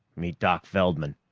meet doc feldman.